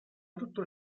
tutto